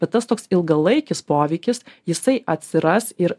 bet tas toks ilgalaikis poveikis jisai atsiras ir